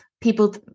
people